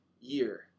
year